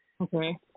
Okay